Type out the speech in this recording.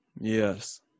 Yes